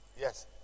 Yes